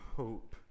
hope